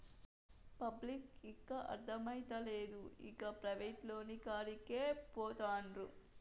పబ్లిక్కు ఇంకా అర్థమైతలేదు, ఇంకా ప్రైవేటోనికాడికే పోతండు